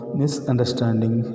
misunderstanding